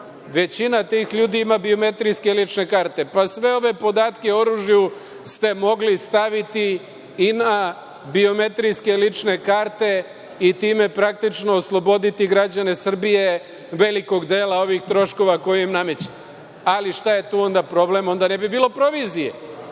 Većina tih ljudi ima biometrijske lične karte. Sve ove podatke o oružju ste mogli staviti i na biometrijske lične karte i time praktično osloboditi građane Srbije velikog dela ovih troškova koje im namećete. Ali, šta je tu onda problem? Onda ne bi bilo provizije.